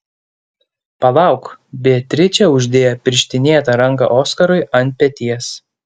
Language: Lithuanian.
palauk beatričė uždėjo pirštinėtą ranką oskarui ant peties